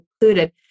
included